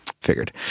Figured